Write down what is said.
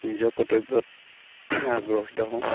নিজৰ কৰ্তব্যত আগ্ৰহিত হওঁ